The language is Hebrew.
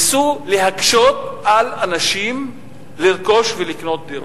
ניסו להקשות על אנשים לרכוש ולקנות דירה.